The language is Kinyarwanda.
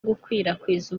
gukwirakwiza